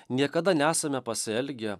niekada nesame pasielgę